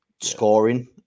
scoring